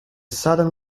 sudden